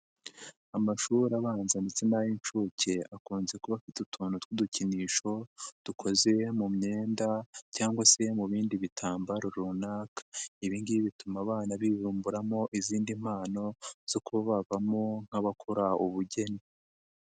Amashuri abanza ndetse n'ay'inshuke akunze kuba afite utuntu tw'udukinisho dukoze mu myenda cyangwa se mu bindi bitambaro runaka ibingibi bituma abana bivumburamo izindi mpano zo kuba bavamo nk'abakora ubugeni.